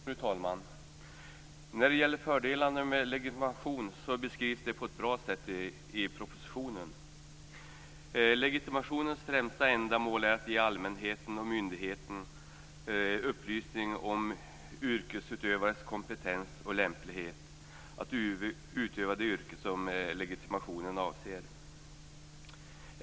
Fru talman! När det gäller fördelarna med en legitimation så beskrivs de på ett bra sätt i propositionen. Legitimationens främsta ändamål är att ge allmänheten och myndigheter upplysning om yrkesutövarens kompetens och lämplighet att utöva det yrke som legitimationen avser.